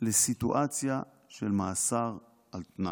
לסיטואציה של מאסר על תנאי.